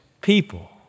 people